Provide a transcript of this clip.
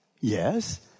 Yes